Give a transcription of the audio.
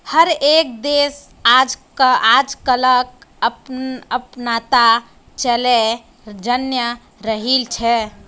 हर एक देश आजकलक अपनाता चलयें जन्य रहिल छे